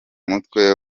mutwe